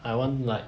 I want like